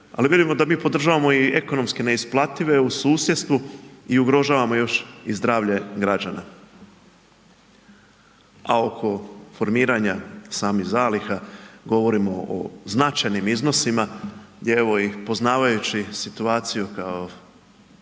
Ali vidimo da mi podržavamo i ekonomski neisplative i u susjedstvu i ugrožavamo još i zdravlje građana. A oko formiranja samih zaliha govorimo o značajnim iznosima gdje evo i poznavajući situaciju kao